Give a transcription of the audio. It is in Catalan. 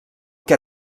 què